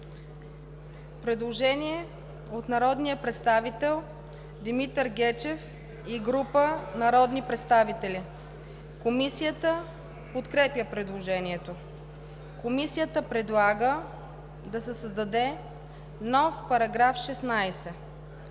предложение от народния представител Димитър Гечев и група народни представители. Комисията подкрепя предложението. Комисията предлага да се създаде нов § 1: „§ 1.